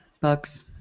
books